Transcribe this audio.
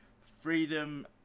Freedom